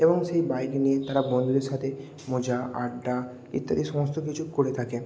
এবং সেই বাইক নিয়ে তারা বন্ধুদের সাথে মজা আড্ডা ইত্যাদি সমস্ত কিছু করে থাকে